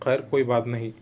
خیر کوئی بات نہیں